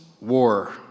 war